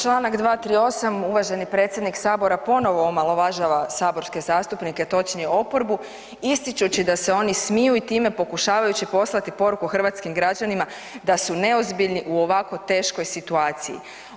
Čl. 238. uvaženi predsjednik sabora ponovo omalovažava saborske zastupnike, točnije oporbu ističući da se oni smiju i time pokušavajući poslati poruku hrvatskim građanima da su neozbiljni u ovako teškoj situaciji.